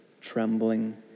trembling